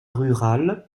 rural